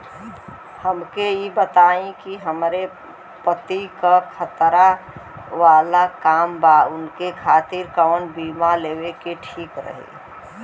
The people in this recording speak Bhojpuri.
हमके ई बताईं कि हमरे पति क खतरा वाला काम बा ऊनके खातिर कवन बीमा लेवल ठीक रही?